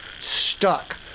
stuck